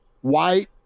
white